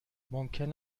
ممکن